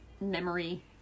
memory